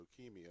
leukemia